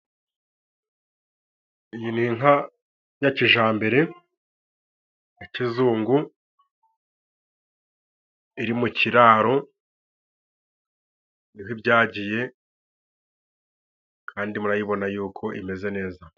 Iyi ni inka ya kijambere, ya kizungu iri mu kiraro ni ho ibyagiye, kandi murayibona yuko imeze neza.